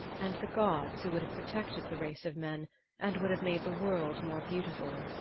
and the gods who would have protected the race of men and would have made the world more beautiful.